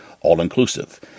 all-inclusive